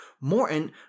Morton